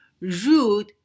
rude